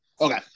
Okay